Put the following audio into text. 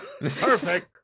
Perfect